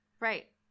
Right